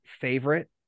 favorite